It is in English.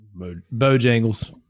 Bojangles